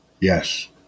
yes